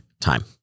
time